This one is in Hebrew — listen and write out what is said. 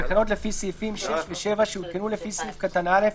בתקנות לפי סעיפים 6 ו-7 שהותקנו לפי סעיף קטן (א)